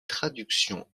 traductions